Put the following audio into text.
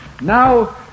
Now